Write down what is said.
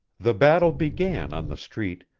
the battle began on the street,